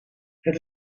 het